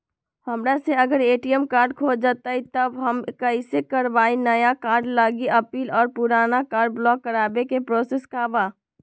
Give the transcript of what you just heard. हमरा से अगर ए.टी.एम कार्ड खो जतई तब हम कईसे करवाई नया कार्ड लागी अपील और पुराना कार्ड ब्लॉक करावे के प्रोसेस का बा?